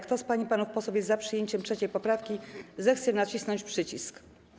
Kto z pań i panów posłów jest za przyjęciem 3. poprawki, zechce nacisnąć przycisk.